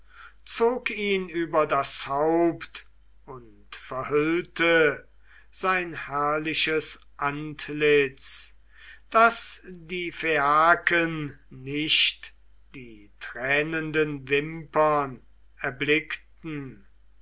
zog ihn über das haupt und verhüllte sein herrliches antlitz daß die phaiaken nicht die tränenden wimpern erblickten